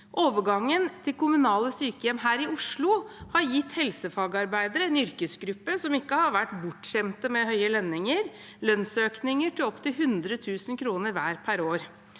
Overgangen til kommunale sykehjem her i Oslo har gitt helsefagarbeidere, en yrkesgruppe som ikke har vært bortskjemt med høye lønninger, lønnsøkninger på opptil 100 000 kr per år